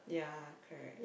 yeah correct`